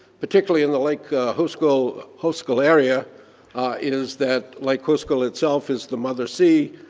particularly in the lake hovsgol hovsgol area, it is that lake hovsgol itself is the mother sea.